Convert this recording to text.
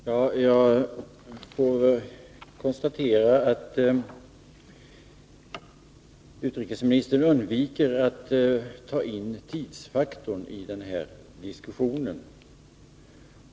Herr talman! Jag konstaterar att utrikesministern undviker att ta upp tidsfaktorn i den här diskussionen.